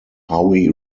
howie